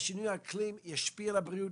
שינוי האקלים ישפיע על הבריאות.